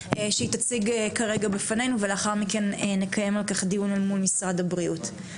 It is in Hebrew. שהיא תציג כרגע בפנינו ולאחר מכן נקיים על כך דיון אל מול משרד הבריאות.